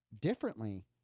differently